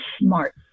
smart